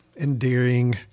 endearing